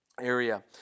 Area